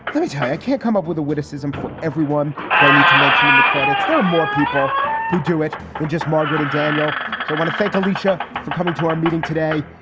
let me try. i can't come up with a witticism for everyone. quiney to mentioned in the credits, there are more people who do it than just margaret and daniel. so i want to thank alicia for coming to our meeting today,